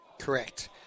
Correct